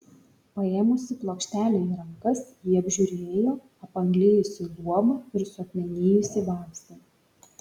paėmusi plokštelę į rankas ji apžiūrėjo apanglėjusį luobą ir suakmenėjusį vabzdį